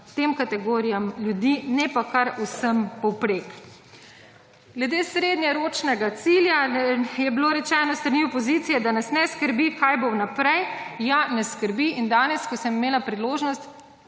tem kategorijam ljudi, ne pa kar vsem povprek. Glede srednjeročnega cilja je bilo rečeno s strani opozicije, da nas ne skrbi, kaj bo v naprej. Ja, ne skrbi. In danes, ko sem imela priložnost